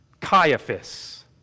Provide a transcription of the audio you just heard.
Caiaphas